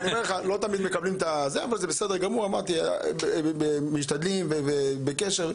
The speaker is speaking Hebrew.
אמרתי שמשתדלים ונמצאים בקשר.